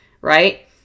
right